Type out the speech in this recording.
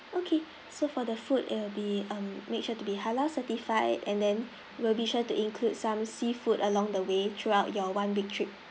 okay so for the food it'll be mm made sure to be halal certified and then we'll be sure to include some seafood along the way throughout your one week trip